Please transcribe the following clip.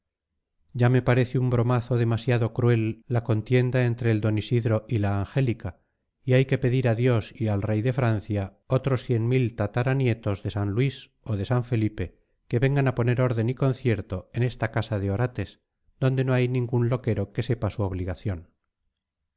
ya me parece un bromazo demasiado cruel la contienda entre el d isidro y la angélica y hay que pedir a dios y al rey de francia otros cien mil tataranietos de san luis o de san felipe que vengan a poner orden y concierto en esta casa de orates donde no hay ningún loquero que sepa su obligación